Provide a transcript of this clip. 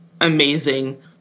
amazing